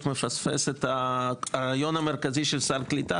מפספס את הרעיון המרכזי של סל קליטה,